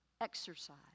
exercise